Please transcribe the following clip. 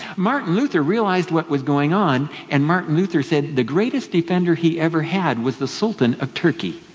martin luther realized what was going on and martin luther said the greatest defender he ever had was the sultan of turkey,